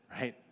Right